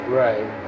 right